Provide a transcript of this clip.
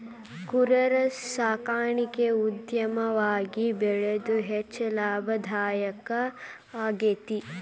ಕುರರ ಸಾಕಾಣಿಕೆ ಉದ್ಯಮವಾಗಿ ಬೆಳದು ಹೆಚ್ಚ ಲಾಭದಾಯಕಾ ಆಗೇತಿ